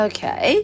Okay